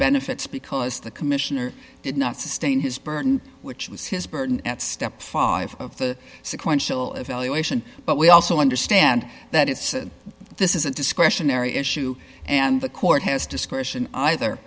benefits because the commissioner did not sustain his burden which was his burden at step five of the sequential evaluation but we also understand that it's this is a discretionary issue and the court has discretion either